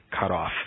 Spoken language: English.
cutoff